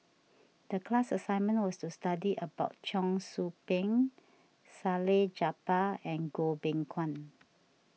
the class assignment was to study about Cheong Soo Pieng Salleh Japar and Goh Beng Kwan